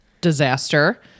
disaster